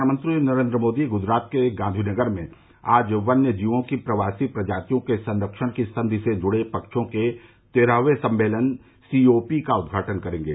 प्रधानमंत्री नरेन्द्र मोदी गुजरात के गांधीनगर में आज वन्य जीवों की प्रवासी प्रजातियों के संरक्षण की संधि से जुड़े पक्षों के तेरहवें सम्मेलन सीओपी का उद्घाटन करेंगे